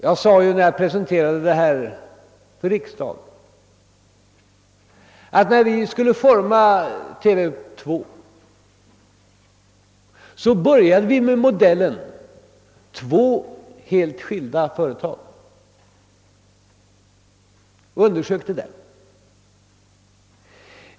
Jag sade ju, när jag presenterade förslaget för riksdagen, att då vi skulle utforma TV 2 började vi med modellen två helt skilda företag och undersökte den.